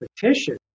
competition